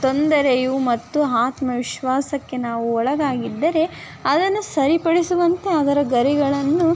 ತೊಂದರೆಯು ಮತ್ತು ಆತ್ಮವಿಶ್ವಾಸಕ್ಕೆ ನಾವು ಒಳಗಾಗಿದ್ದರೆ ಅದನ್ನು ಸರಿಪಡಿಸುವಂತೆ ಅದರ ಗರಿಗಳನ್ನು